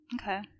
Okay